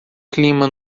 clima